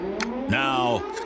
Now